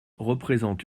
représente